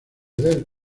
del